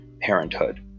parenthood